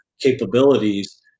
capabilities